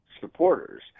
supporters